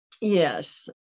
yes